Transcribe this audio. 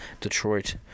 Detroit